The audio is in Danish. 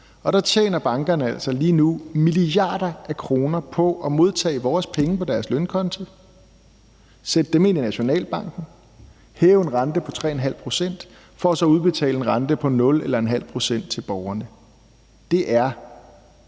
Og der tjener bankerne altså lige nu milliarder af kroner på at modtage vores penge på deres lønkonti, sætte dem ind i Nationalbanken, hæve en rente på 3½ pct. for så at udbetale en rente på 0 eller ½ procent til borgerne. Det er